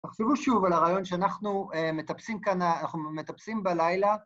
תחשבו שוב על הרעיון שאנחנו מטפסים כאן, אנחנו מטפסים בלילה.